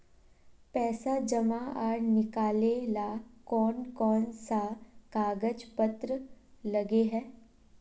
पैसा जमा आर निकाले ला कोन कोन सा कागज पत्र लगे है?